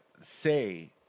say